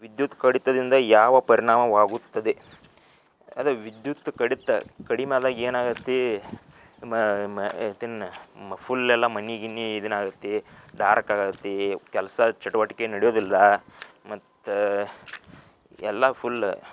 ವಿದ್ಯುತ್ ಕಡಿತದಿಂದ ಯಾವ ಪರಿಣಾಮವಾಗುತ್ತದೆ ಅದೇ ವಿದ್ಯುತ್ ಕಡಿತ ಕಡಿಮೆ ಆದಾಗ ಏನಾಗುತ್ತೆ ಮ ಹೇಳ್ತೀನಿ ನಾನು ಮ ಫುಲ್ ಎಲ್ಲ ಮನೆ ಗಿನಿ ಇದನ್ನ ಆಗುತ್ತೆ ಡಾರಕ್ ಆಗುತ್ತೆ ಕೆಲಸ ಚಟುವಟಿಕೆ ನಡೆಯುವುದಿಲ್ಲ ಮತ್ತು ಎಲ್ಲ ಫುಲ್ಲ